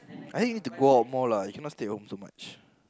I think you need to go out more lah you can not stay at home so much